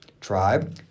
Tribe